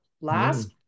last